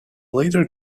later